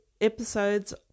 episodes